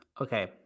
Okay